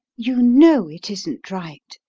you know it isn't right.